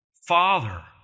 Father